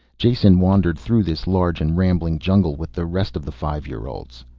jason wandered through this large and rambling jungle with the rest of the five-year-olds.